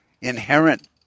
inherent